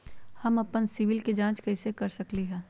हम अपन सिबिल के जाँच कइसे कर सकली ह?